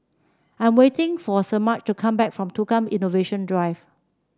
I'm waiting for Semaj to come back from Tukang Innovation Drive